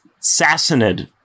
Sassanid